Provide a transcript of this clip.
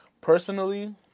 Personally